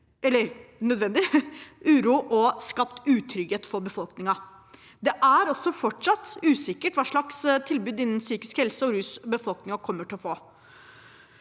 eller nødvendig – uro og skapt utrygghet for befolkningen. Det er fortsatt usikkert hva slags tilbud innen psykisk helse og rus befolkningen kommer til å få.